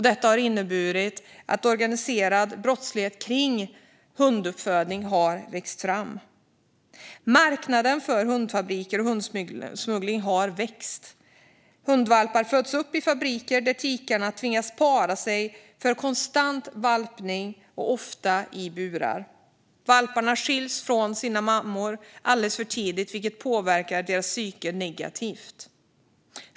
Detta har inneburit att en organiserad brottslighet kring hunduppfödning har vuxit fram. Marknaden för hundfabriker och hundsmuggling har växt. Hundvalpar föds upp i fabriker där tikarna tvingas para sig för konstant valpning, ofta i burar. Valparna skiljs från sina mammor alldeles för tidigt, vilket påverkar deras psyke negativt.